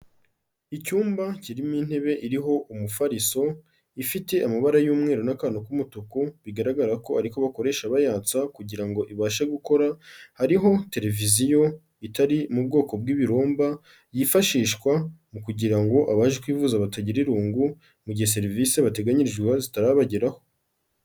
Icyumba kirimo intebe iriho umufariso, ifite amabara y'umweru n'akantu k'umutuku bigaragara ko ariko bakoresha bayatsa kugira ngo ibashe gukora, hariho televiziyo itari mu bwoko bw'ibiromba, yifashishwa mu kugira ngo abaje kwivuza batagira irungu, mu gihe serivise bateganyirijwa zitarabageraho.